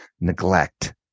neglect